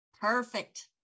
Perfect